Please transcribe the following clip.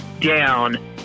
down